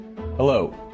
Hello